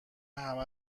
همه